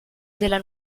della